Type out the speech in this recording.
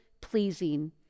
pleasing